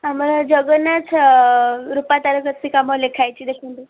ଆମର ଜଗନ୍ନାଥ ରୂପା ତାରକସି କାମ ଲେଖା ହେଇଛି ଦେଖନ୍ତୁ